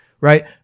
right